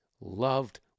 loved